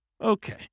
Okay